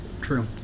True